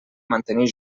mantenir